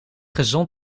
gezond